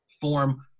form